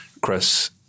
Chris